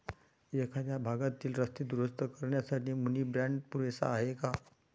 एखाद्या भागातील रस्ते दुरुस्त करण्यासाठी मुनी बाँड पुरेसा आहे का?